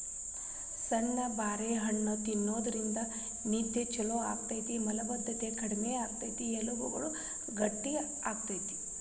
ಸಣ್ಣು ಬಾರಿ ಹಣ್ಣ ತಿನ್ನೋದ್ರಿಂದ ನಿದ್ದೆ ಚೊಲೋ ಆಗ್ತೇತಿ, ಮಲಭದ್ದತೆ ಕಡಿಮಿ ಮಾಡ್ತೆತಿ, ಎಲಬುಗಳನ್ನ ಗಟ್ಟಿ ಮಾಡ್ತೆತಿ